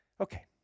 Okay